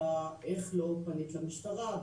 הייתה איך לא פנית למשטרה?